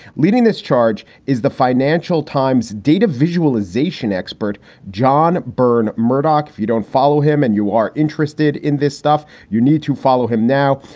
leading this charge is the financial times data visualization expert john byrne. murdoch, if you don't follow him and you are interested in this stuff, you need to follow him now.